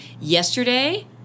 yesterday